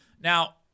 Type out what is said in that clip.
Now